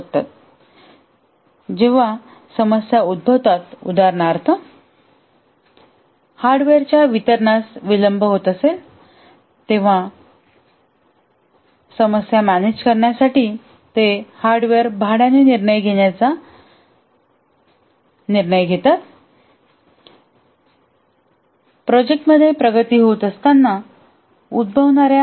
जेव्हा जेव्हा समस्या उद्भवतात उदाहरणार्थ हार्डवेअरच्या वितरणास विलंब होतो तेव्हा समस्या मॅनेज करण्यासाठी हार्डवेअर भाड्याने घेण्याचा निर्णय प्रोजेक्ट मॅनेजर घेवू शकतो